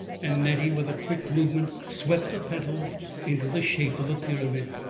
and nettie, with a quick movement, swept the petals into the shape of a pyramid.